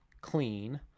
Clean